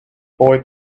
boy